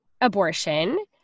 abortion